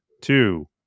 two